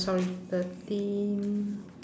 sorry thirteen